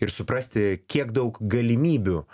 ir suprasti kiek daug galimybių